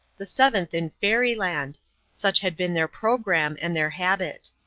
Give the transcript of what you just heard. the seventh in fairyland such had been their program and their habit.